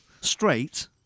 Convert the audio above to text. straight